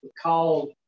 called